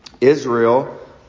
Israel